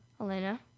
Elena